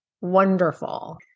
wonderful